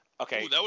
Okay